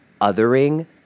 othering